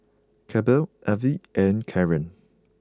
Kelby Levie and Karen